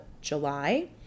July